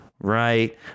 right